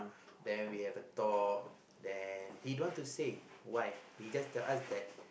then we have a talk he don't want to say why he just tell us that